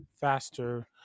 faster